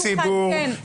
יש לנו קורבן עובד ציבור,